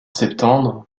septembre